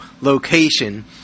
location